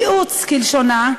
ייעוץ, כלשונה,